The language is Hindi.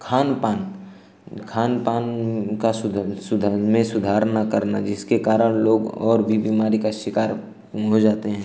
खानपान खानपान का सुधर सुधर में सुधार न करना जिसके कारण लोग और भी बीमारी का शिकार हो जाते हैं